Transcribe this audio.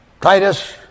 Titus